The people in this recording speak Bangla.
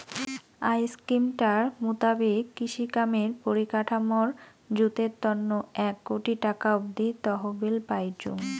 আই স্কিমটার মুতাবিক কৃষিকামের পরিকাঠামর জুতের তন্ন এক কোটি টাকা অব্দি তহবিল পাইচুঙ